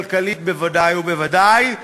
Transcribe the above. כלכלית בוודאי ובוודאי,